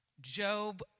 Job